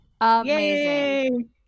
Amazing